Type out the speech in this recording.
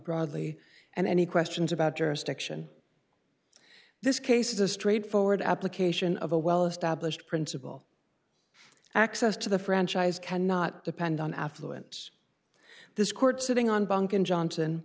broadly and any questions about jurisdiction this case is a straightforward application of a well established principle access to the franchise cannot depend on affluence this court sitting on bank and johnson